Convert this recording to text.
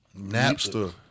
Napster